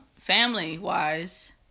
family-wise